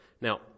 now